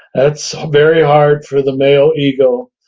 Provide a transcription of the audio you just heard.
that's very hard for the male ego.